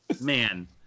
man